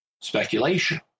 speculation